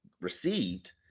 received